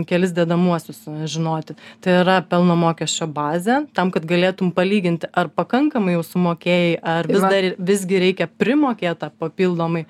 kelis dedamuosius žinoti tai yra pelno mokesčio bazė tam kad galėtum palyginti ar pakankamai jau sumokėjai ar vis dar visgi reikia primokėt tą papildomai